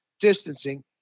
distancing